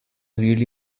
really